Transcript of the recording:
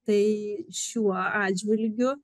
tai šiuo atžvilgiu